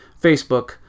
Facebook